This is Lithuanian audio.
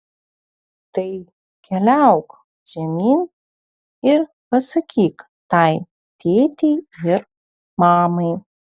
tai keliauk žemyn ir pasakyk tai tėtei ir mamai